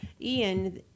Ian